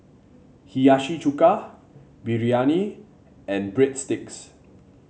Hiyashi Chuka Biryani and Breadsticks